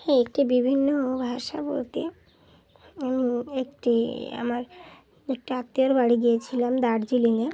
হ্যাঁ একটি বিভিন্ন ভাষা বলতে আমি একটি আমার একটি আত্মীয়র বাড়ি গিয়েছিলাম দার্জিলিংয়ে